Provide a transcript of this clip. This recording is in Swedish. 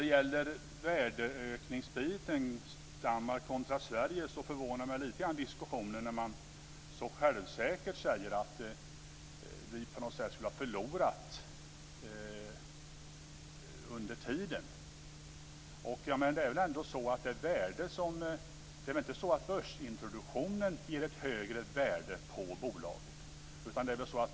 Diskussionen om värdeökningsbiten Danmark kontra Sverige förvånar mig lite grann, nämligen när man så självsäkert säger att vi på något sätt ska ha förlorat under tiden. Det är väl inte så att börsintroduktionen ger ett högre värde på bolaget?